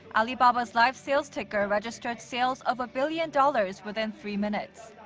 alibaba's live sales ticker registered sales of a billion dollars within three minutes.